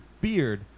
beard